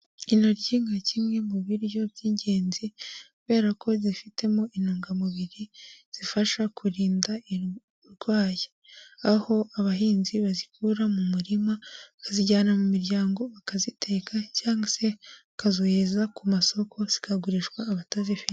Intoryi nka kimwe mu biryo by'ingenzi kubera ko zifitemo intungamubiri zifasha kurinda indwayi aho abahinzi bazikura mu murima bakazijyana mu miryango bakaziteka cyangwa se bakazohereza ku masoko zikagurishwa abatazifite.